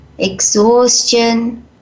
exhaustion